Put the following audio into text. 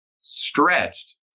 stretched